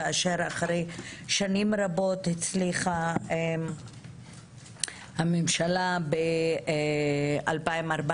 כאשר אחרי שנים רבות הצליחה הממשלה ב-2014